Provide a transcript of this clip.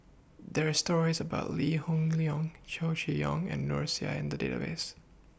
There Are stories about Lee Hoon Leong Chow Chee Yong and Noor S I in The Database